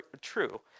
true